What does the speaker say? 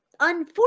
unfortunate